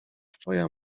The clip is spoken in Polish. twoja